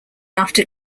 after